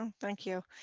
um thank you.